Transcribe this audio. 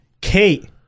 Kate